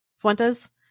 Fuentes